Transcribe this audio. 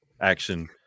action